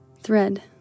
Thread